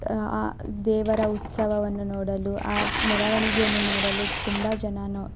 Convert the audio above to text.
ಆ ದೇವರ ಉತ್ಸವವನ್ನು ನೋಡಲು ಆ ಮೆರವಣಿಗೆಯನ್ನು ನೋಡಲು ತುಂಬ ಜನಾ